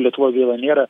lietuvoj gaila nėra